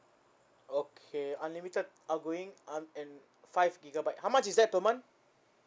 okay unlimited outgoing um and five gigabyte how much is that per month